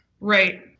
right